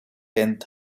tenth